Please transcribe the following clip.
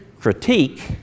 critique